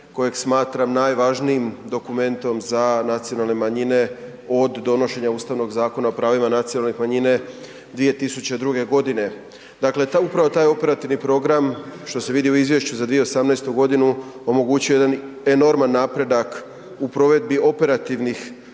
kojeg smatram najvažnijim dokumentom za nacionalne manjine od donošenja Ustavnog zakona o pravima nacionalnih manjina 2002. godine. Dakle, upravo taj operativni program što se vidi u izvješću za 2018. godinu omogućio je jedan enorman napredak u provedbi operativnih